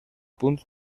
punts